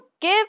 give